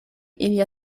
ilia